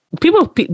people